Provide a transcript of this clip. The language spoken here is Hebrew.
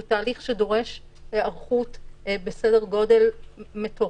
שהוא תהליך שדורש היערכות בסדר גודל מטורף.